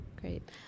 Great